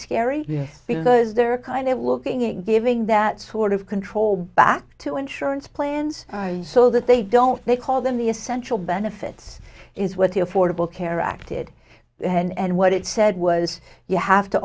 scary because they're kind of looking at giving that sort of control back to insurance plans so that they don't they call them the essential benefits is what the affordable care act did and what it said was you have to